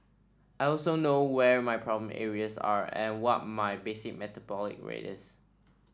I also know where my problem areas are and what my basic metabolic rate is